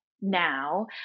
now